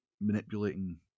manipulating